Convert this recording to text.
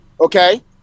okay